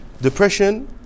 Depression